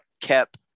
kept